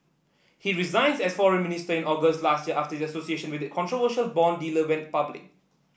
he resigned as foreign minister in August last year after this association with the controversial bond dealer went public